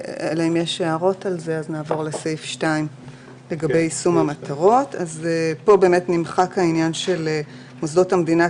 בסעיף 2 נמחק העניין ש מוסדות המדינה,